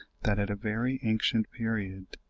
that, at a very ancient period,